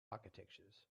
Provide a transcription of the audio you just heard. architectures